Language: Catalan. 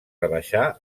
rebaixar